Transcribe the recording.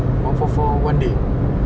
one four four one day